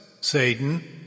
Satan